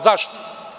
Zašto?